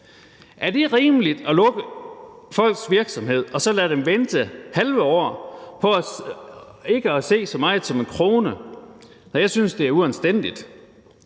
Er det rimeligt at lukke folks virksomheder og så lade dem vente halve år, uden de ser så meget som en krone? Jeg synes, det er uanstændigt.